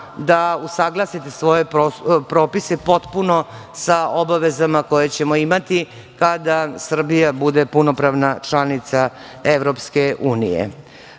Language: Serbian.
da usaglasite svoje propise potpuno sa obavezama koje ćemo imati kada Srbija bude punopravna članica EU.Toliko o